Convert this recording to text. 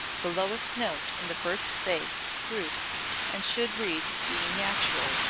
the lowest note in the first bass group and should read e natural,